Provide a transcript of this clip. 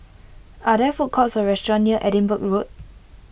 are there food courts or restaurants near Edinburgh Road